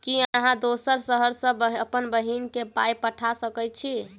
की अहाँ दोसर शहर सँ अप्पन बहिन केँ पाई पठा सकैत छी?